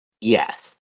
Yes